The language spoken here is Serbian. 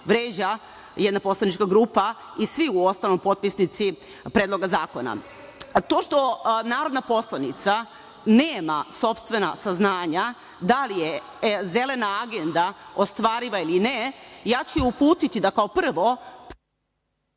vređa jedna poslanička grupa i svi potpisnici predloga zakona. To što narodna poslanica nema sopstvena saznanja da li je zelena agenda ostvariva ili ne, ja ću je uputiti da kao prvo…